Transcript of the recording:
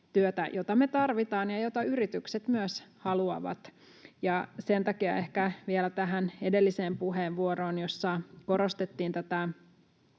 jota me tarvitaan ja jota yritykset myös haluavat. Sen takia ehkä vielä tähän edelliseen puheenvuoroon, jossa korostettiin